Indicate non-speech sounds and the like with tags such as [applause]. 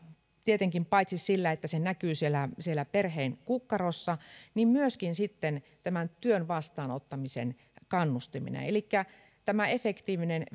tietenkin paitsi sillä että se näkyy siellä siellä perheen kukkarossa myöskin työn vastaanottamisen kannustimena elikkä tämä efektiivinen [unintelligible]